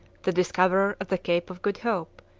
the discoverer of the cape of good hope,